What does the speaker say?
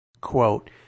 quote